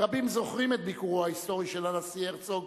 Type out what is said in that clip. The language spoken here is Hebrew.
רבים זוכרים את ביקורו ההיסטורי של הנשיא הרצוג,